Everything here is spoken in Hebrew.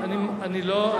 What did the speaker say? אני אתן לך תשובה.